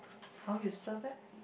how you spell that